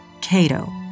Cato